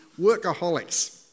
workaholics